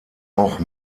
auch